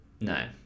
No